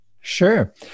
Sure